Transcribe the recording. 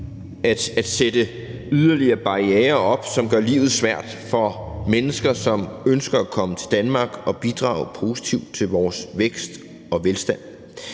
at sætte yderligere barrierer op, som gør livet svært for mennesker, som ønsker at komme til Danmark og bidrage positivt til vores vækst og velstand.